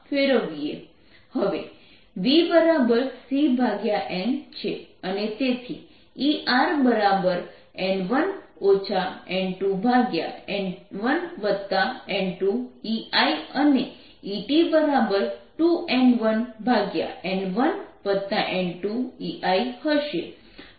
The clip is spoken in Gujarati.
હવે vcn છે અને તેથી ERn1 n2n1n2 EI અને ET2n1n1n2EI હશે